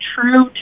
true